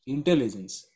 Intelligence